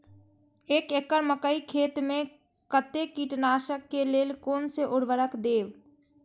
एक एकड़ मकई खेत में कते कीटनाशक के लेल कोन से उर्वरक देव?